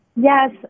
Yes